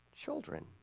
children